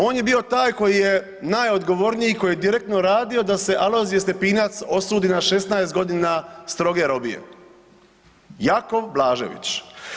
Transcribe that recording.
On je bio taj koji je najodgovorniji, koji je direktno radio da se Alojzije Stepinac osudi na 16.g. stroge robije, Jakov Blažević.